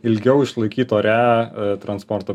ilgiau išlaikyt ore transporto